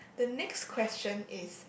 the next question is